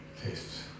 tastes